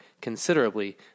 considerably